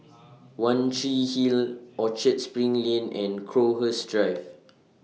one Tree Hill Orchard SPRING Lane and Crowhurst Drive